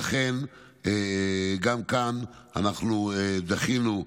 לכן גם כאן אנחנו דחינו,